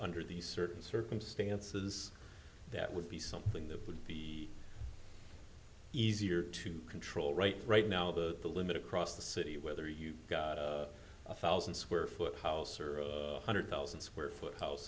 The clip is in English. under the certain circumstances that would be something that would be easier to control right right now that the limit across the city whether you've got a thousand square foot house or a hundred thousand square foot house